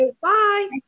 Bye